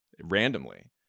randomly